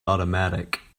automatic